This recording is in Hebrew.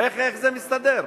איך זה מסתדר?